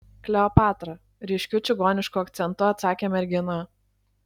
kleopatra ryškiu čigonišku akcentu atsakė mergina